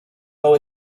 know